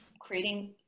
creating